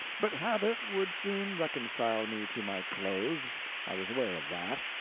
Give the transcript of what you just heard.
but habit would soon reconcile me to my clothes i was aware of that.